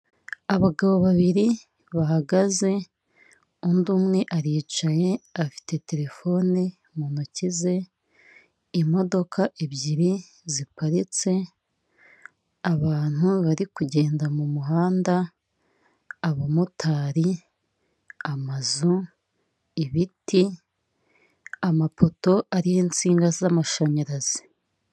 Abagabo babiri bahagaze undi umwe aricaye afite telefoni mu ntoki ze, imodoka ebyiri ziparitse abantu bari kugenda mu muhanda abamotari, amazu, ibiti, amapoto ariho insinga z'amashanyarazi.